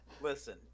listen